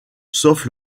sauf